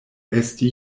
esti